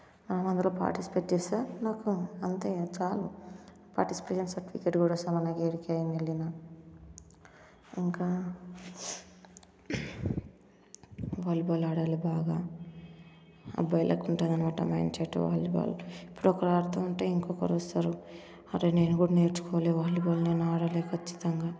అందరూ పాటిస్పేట్ చేస్తే నాకు అంతే చాలు పార్టిసిపేషన్ సర్టిఫికెట్ కూడా వస్తుంది ఎక్కడికెళ్ళిన ఇంకా ఇప్పుడు వాలీబాల్ ఆడాలి బాగా అబ్బాయిలకి ఉంటుంది అనమాట మైండ్ సెట్ వాలీబాల్ ఒకరు ఆడుతూ ఉంటే ఇంకొకరు వస్తారు అరే నేను కూడా నేర్చుకోవాలి వాలీబాల్ నేను ఆడాలి ఖచ్చితంగా